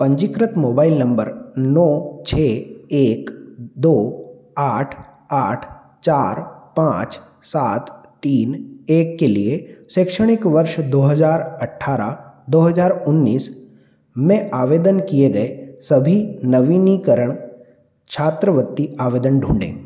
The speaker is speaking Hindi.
पंजीकृत मोबाइल नंबर नौ छः एक दो आठ आठ चार पाँच सात तीन एक के लिए शैक्षणिक वर्ष दो हज़ार अट्ठारह दो हज़ार उन्नीस में आवेदन किए गए सभी नवीनीकरण छात्रवृत्ति आवेदन ढूंढें